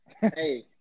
Hey